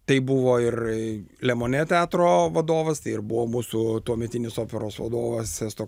tai buvo ir lemonė teatro vadovas ir buvo mūsų tuometinis operos vadovas esto